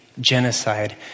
genocide